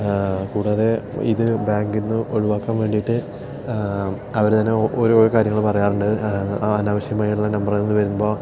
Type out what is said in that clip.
കൂടാതെ ഇത് ബാങ്കിൽ നിന്ന് ഒഴിവാക്കാൻ അവര് തന്നെ ഓരോരോ കാര്യങ്ങള് പറയാറുണ്ട് അനാവശ്യമായുള്ള നമ്പറെന്ന് വരുമ്പോൾ